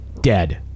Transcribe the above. Dead